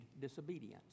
disobedience